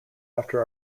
after